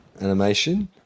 animation